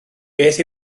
beth